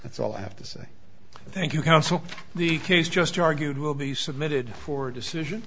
that's all i have to say thank you counsel the case just argued will be submitted for decision